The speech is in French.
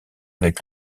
avec